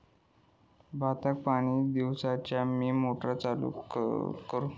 भाताक पाणी दिवच्यासाठी मी मोटर चालू करू?